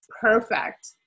perfect